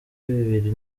bibiri